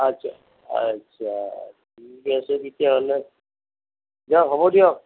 আচ্ছা আচ্ছা ঠিকে আছে তেতিয়াহ'লে দিয়ক হ'ব দিয়ক